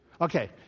Okay